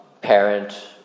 parent